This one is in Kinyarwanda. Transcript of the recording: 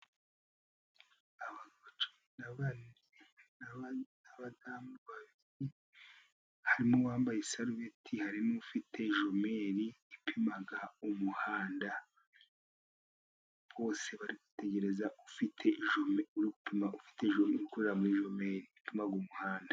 Agabo cumi na babiri, abadamu babiri, harimo uwambaye isarubeti, harimo ufite jumeri ipima umuhanda, bose bari kwitegereza ufite jumeri uri gupima ufite jumeri ukora, muri jumeri, uri gupima umuhanda.